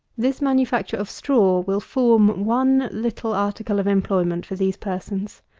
this manufacture of straw will form one little article of employment for these persons.